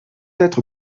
être